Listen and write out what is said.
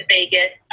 Vegas